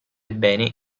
bene